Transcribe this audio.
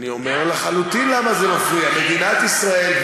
אני אומר לחלוטין למה זה מפריע: מדינת ישראל,